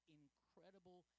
incredible